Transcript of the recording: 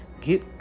get